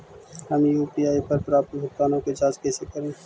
हम यु.पी.आई पर प्राप्त भुगतानों के जांच कैसे करी?